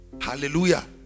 hallelujah